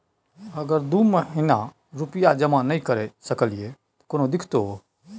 अगर दू महीना रुपिया जमा नय करे सकलियै त कोनो दिक्कतों?